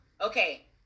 okay